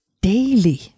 daily